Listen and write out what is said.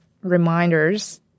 reminders